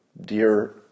dear